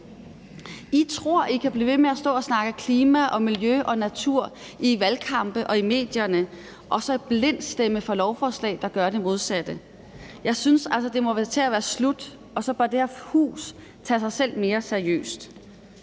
I tror, I kan blive ved med at stå og snakke klima og miljø og natur i valgkampe og i medierne og så blindt stemme for lovforslag, der gør det modsatte. Jeg synes altså, det må til at være slut. Og så bør det her hus tage sig selv mere seriøst.